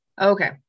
Okay